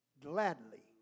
Gladly